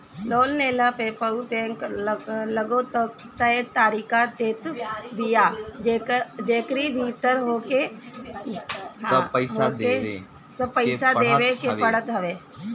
loan लेहला पअ bank एगो तय तारीख देत बिया जेकरी भीतर होहके सब पईसा देवे के पड़त हवे